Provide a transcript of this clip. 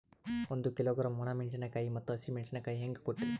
ಒಂದ ಕಿಲೋಗ್ರಾಂ, ಒಣ ಮೇಣಶೀಕಾಯಿ ಮತ್ತ ಹಸಿ ಮೇಣಶೀಕಾಯಿ ಹೆಂಗ ಕೊಟ್ರಿ?